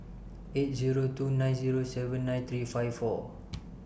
eight Zero two nine Zero seven nine three five four